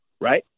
right